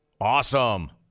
awesome